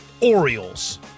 Orioles